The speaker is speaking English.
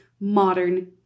modern